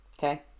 Okay